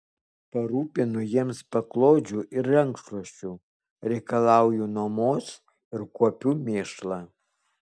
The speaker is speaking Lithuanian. parūpinu jiems paklodžių ir rankšluosčių reikalauju nuomos ir kuopiu mėšlą